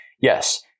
yes